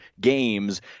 games